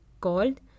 called